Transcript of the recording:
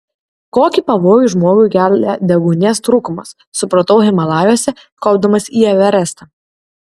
kokį pavojų žmogui kelia deguonies trūkumas supratau himalajuose kopdamas į everestą